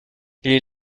les